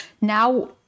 Now